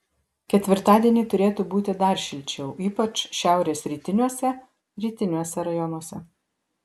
ketvirtadienį turėtų būti dar šilčiau ypač šiaurės rytiniuose rytiniuose rajonuose